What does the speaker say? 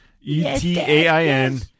E-T-A-I-N